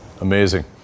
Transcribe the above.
Amazing